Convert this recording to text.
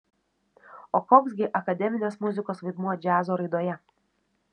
o koks gi akademinės muzikos vaidmuo džiazo raidoje